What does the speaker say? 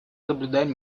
наблюдаем